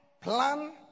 plan